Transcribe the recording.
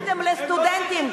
קודם לסטודנטים.